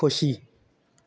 खोशी